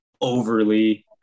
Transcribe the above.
overly